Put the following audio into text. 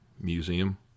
museum